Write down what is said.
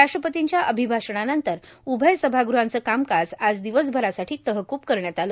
रा पर्ती या अ भभाषणानंतर उभय सभागृहांच कामकाज आज दवसभरासाठ तहकूब कर यात आल